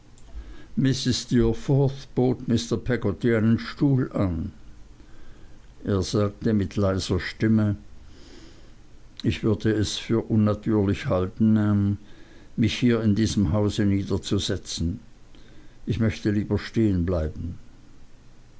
einen stuhl an er sagte mit leiser stimme ich würde es für unnatürlich halten maam mich hier in diesem hause niederzusetzen ich möchte lieber stehen bleiben